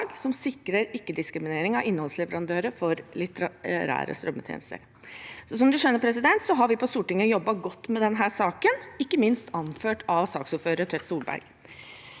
som sikrer ikke-diskriminering av innholdsleverandører for litterære strømmetjenester. Som presidenten skjønner, har vi på Stortinget jobbet godt med denne saken, ikke minst anført av saksordfører Tvedt Solberg.